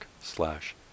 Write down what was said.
slash